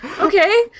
Okay